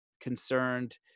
concerned